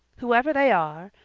whoever they are,